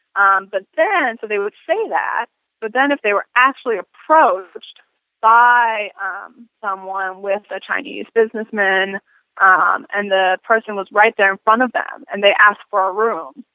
um but then and so they would say that but if they were actually approached by um someone with a chinese business man um and the person was right there in front of them and they ask for a room,